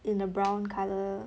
in a brown colour